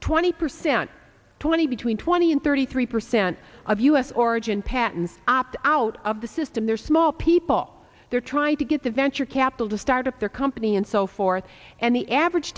twenty percent twenty between twenty and thirty three percent of us origin patent opt out of the system they're small people they're trying to get the venture capital to start up their company and so forth and the average